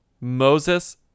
Moses